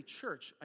church